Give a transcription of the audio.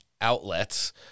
outlets